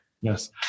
Yes